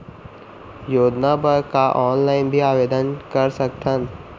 योजना बर का ऑनलाइन भी आवेदन कर सकथन?